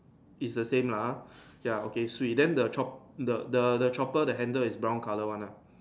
it's a same lah ah okay sweet then the chop the the the chopper the handle is brown colour one ah